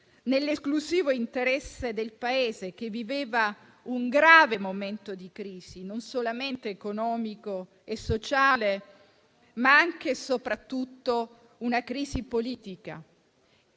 nell'esclusivo interesse del Paese, che viveva un grave momento di crisi, non solamente economica e sociale, ma anche e soprattutto politica.